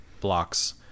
blocks